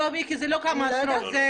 לא, מיקי, זה לא כמה עשרות.